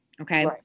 Okay